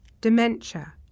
dementia